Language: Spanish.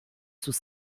sus